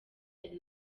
hari